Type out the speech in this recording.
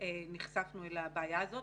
נחשפנו לבעיה הזאת,